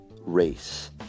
race